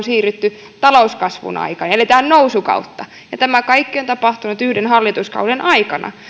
siirrytty talouskasvun aikaan ja eletään nousukautta kuten täälläkin debattivaiheessa puhuttiin tämä kaikki on tapahtunut yhden hallituskauden aikana